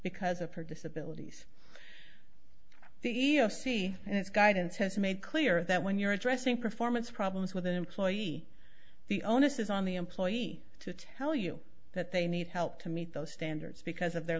because of her disability the e e o c and its guidance has made clear that when you're addressing performance problems with an employee the onus is on the employee to tell you that they need help to meet those standards because of their